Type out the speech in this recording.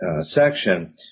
section